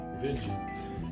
vengeance